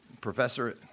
professor